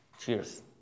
cheers